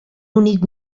únic